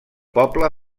poble